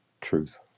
truth